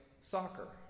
soccer